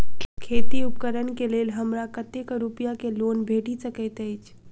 खेती उपकरण केँ लेल हमरा कतेक रूपया केँ लोन भेटि सकैत अछि?